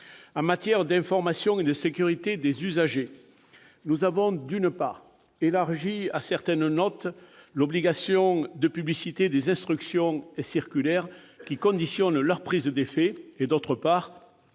En matière d'information et de sécurité juridique des usagers, nous avons, d'une part, élargi à certaines notes l'obligation de publicité des instructions et circulaires qui conditionne leur prise d'effet et, d'autre part,